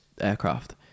aircraft